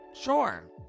sure